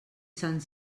sant